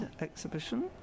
exhibition